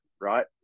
right